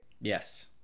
Yes